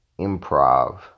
improv